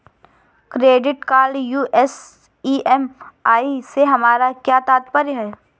Credit card US EMI से हमारा क्या तात्पर्य है?